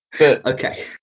Okay